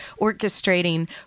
orchestrating